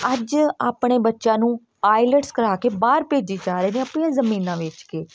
ਅੱਜ ਆਪਣੇ ਬੱਚਿਆਂ ਨੂੰ ਆਈਲੈਟਸ ਕਰਾ ਕੇ ਬਾਹਰ ਭੇਜੀ ਜਾ ਰਹੇ ਨੇ ਆਪਣੀਆਂ ਜਮੀਨਾਂ ਵੇਚ ਕੇ